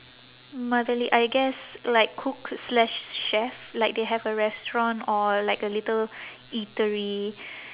motherly I guess like cook slash chef like they have a restaurant or like a little eatery